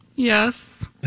Yes